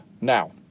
now